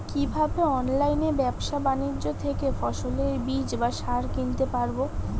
কীভাবে অনলাইন ব্যাবসা বাণিজ্য থেকে ফসলের বীজ বা সার কিনতে পারবো?